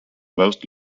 most